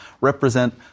represent